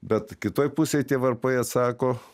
bet kitoj pusėj tie varpai atsako